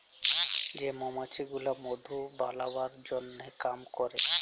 যে মমাছি গুলা মধু বালাবার জনহ কাম ক্যরে